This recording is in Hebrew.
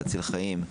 להציל חיים,